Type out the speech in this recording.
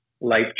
life